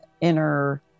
inner